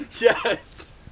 Yes